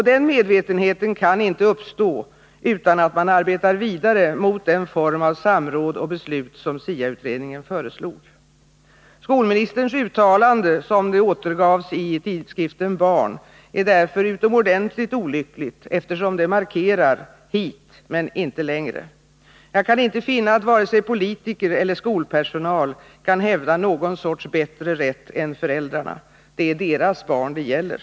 Den medvetenheten kan inte uppstå utan att man arbetar vidare mot den form av samråd och beslut som SIA-utredningen föreslog. Skolministerns uttalande, som det återgavs i tidskriften Barn, är därför utomordentligt olyckligt, eftersom det markerar, ”hit, men inte längre”. Jag kan inte finna att vare sig politiker eller skolpersonal kan hävda någon sorts bättre rätt än föräldrarna. Det är deras barn det gäller.